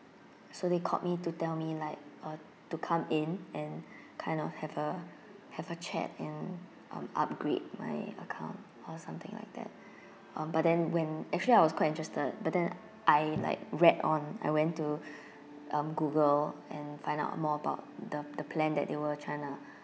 so they called me to tell me like uh to come in and kind of have a have a chat in um upgrade my account or something like that um but then when actually I was quite interested but then I like read on I went to um google and find out more about the the plan that they were trying to